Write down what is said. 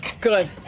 Good